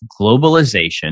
globalization